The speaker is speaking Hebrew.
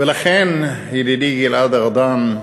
ולכן, ידידי גלעד ארדן,